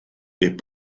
est